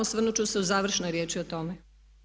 Osvrnut ću se u završnoj riječi o tome.